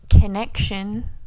connection